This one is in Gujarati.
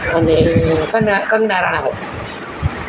અને કના કંગના રાણાવત